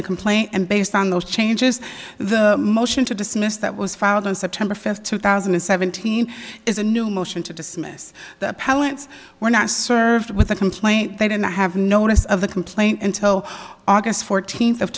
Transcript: the complaint and based on those changes the motion to dismiss that was filed on september fifth two thousand and seventeen is a new motion to dismiss the pilots were not served with the complaint they did not have notice of the complaint until august fourteenth of